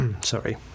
Sorry